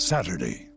Saturday